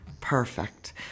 Perfect